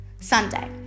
Sunday